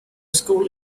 school